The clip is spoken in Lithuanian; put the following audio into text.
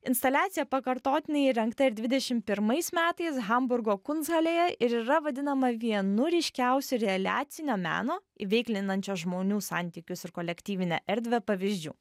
instaliacija pakartotinai įrengta ir dvidešim pirmais metais hamburgo kunsthalėje ir yra vadinama vienu ryškiausių reliacinio meno įveiklinančio žmonių santykius ir kolektyvinę erdvę pavyzdžių